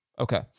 Okay